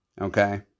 okay